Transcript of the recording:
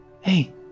Hey